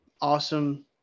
awesome